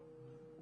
₪.